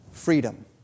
freedom